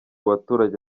baturage